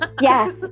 yes